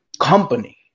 company